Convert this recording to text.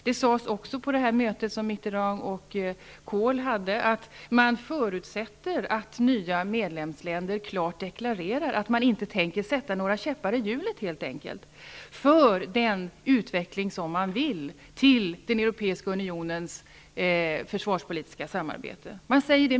Det sades också på det möte som Mitterrand och Kohl hade, att man förutsätter att nya medlemsländer klart deklarerar att de inte tänker sätta några käppar i hjulet för den utveckling som man vill ha i den europeiska unionens försvarspolitiska samarbete.